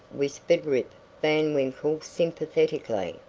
whispered rip van winkle sympathetically,